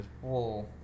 Whoa